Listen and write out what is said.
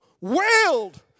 wailed